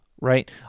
right